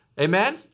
Amen